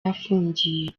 afungiwe